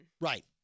Right